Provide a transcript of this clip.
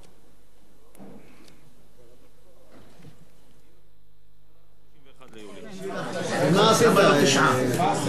(הישיבה נפסקה בשעה 17:17 ונתחדשה בשעה 01:32.)